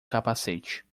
capacete